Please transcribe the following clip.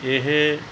ਇਹ